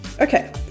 Okay